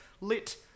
lit